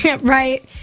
Right